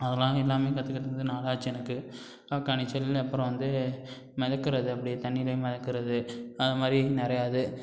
அதெல்லாம் எல்லாமே கற்றுக்கறதுக்கு வந்து நாளாச்சு எனக்கு காக்காய் நீச்சல் அப்புறம் வந்து மிதக்குறது அப்படியே தண்ணிலையே மிதக்குறது அது மாதிரி நிறையா இது